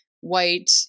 white